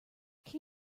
can